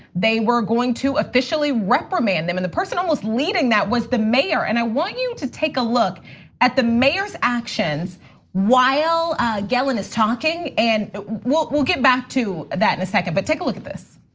they were going to officially reprimand them and the person who um was leading that was the mayor, and i want you to take a look at the mayor's actions while gelin is talking. and we'll we'll get back to that in a second, but take a look at this.